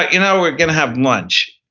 you know, we're going to have lunch,